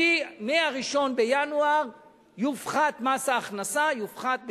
מ-1 בינואר יופחת מס ההכנסה, יופחת ב-2%,